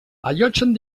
allotgen